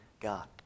God